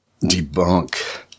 debunk